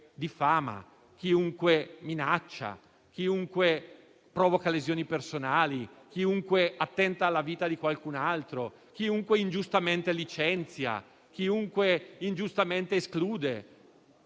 chiunque minaccia, chiunque provoca lesioni personali, chiunque attenta alla vita di qualcun altro, chiunque ingiustamente licenzia, chiunque ingiustamente esclude: